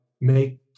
make